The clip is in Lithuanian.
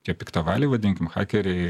tie piktavaliai vadinkim hakeriai